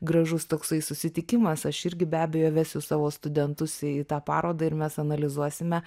gražus toksai susitikimas aš irgi be abejo vesiu savo studentus į tą parodą ir mes analizuosime